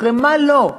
אחרי מה לא.